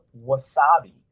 Wasabi